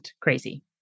crazy